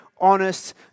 honest